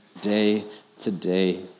day-to-day